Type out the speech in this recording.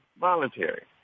voluntary